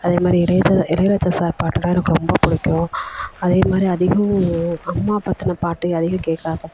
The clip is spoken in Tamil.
அதே மாதிரி இளைய இளையராஜா சார் பாட்டுன்னா எனக்கு ரொம்ப பிடிக்கும் அதே மாதிரி அதிகம் அம்மா பத்தின பாட்டுகள் அதிகம் கேட்க ஆசைப்படுவேன்